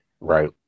Right